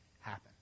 happen